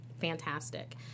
Fantastic